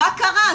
מה קרה?